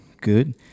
good